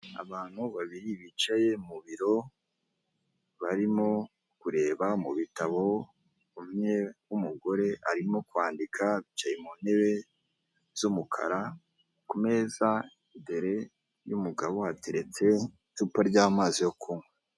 Ameza asize irange ry'umweru kuri ayo meza hateretse indobo ebyiri. Indobo ya mbere irimo amacapati, indobo ya kabiri amandazi, hari n'agasahane kandi hakabaho akantu ku rusenda n'ak'umunyu, hateretse imineke, hateretseho amagi munsi ya meza hari puberi ushobora gushyiramo imyanda, hari n'intebe kandi yumweru, irimo iragaragara, hari n'icyapa cy'umuhanda kirimo kiragaragara hari n'umuntu kandi uri mu muryango waho ngaho ushaka kubakenera ibyo kurya wagana aha hantu bakabikoherereza.